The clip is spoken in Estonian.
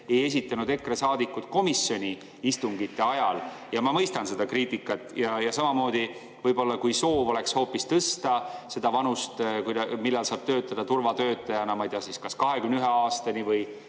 ei esitanud EKRE saadikud komisjoni istungite ajal, ja ma mõistan seda kriitikat. Ja samamoodi, võib-olla soov oleks hoopis tõsta seda vanust, millal saab töötada turvatöötajana, ma ei tea, kas siis 21 aastani või